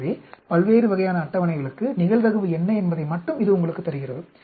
எனவே பல்வேறு வகையான அட்டவணைகளுக்கு நிகழ்தகவு என்ன என்பதை மட்டும் இது உங்களுக்குத் தருகிறது